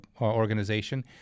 organization